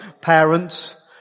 parents